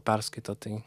perskaito tai